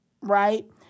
right